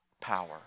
power